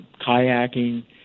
kayaking